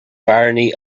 barony